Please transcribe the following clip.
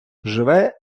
живе